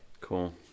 Cool